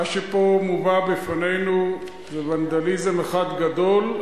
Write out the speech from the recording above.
מה שפה מובא בפנינו זה ונדליזם אחד גדול,